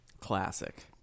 classic